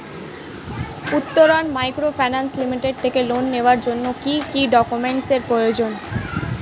Uttaran microfinance limited থেকে loan নেওয়ার জন্য কি কি ডকুমেন্টস এর প্রয়োজন?